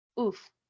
oof